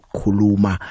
kuluma